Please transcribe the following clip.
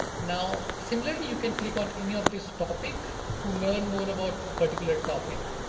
now, similarly, you can click on any of these topic to learn more about a particular topic.